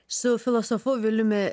su filosofu viliumi